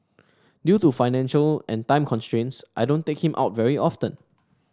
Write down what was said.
due to financial and time constraints I don't take him out very often